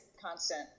constant